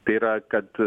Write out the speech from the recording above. tai yra kad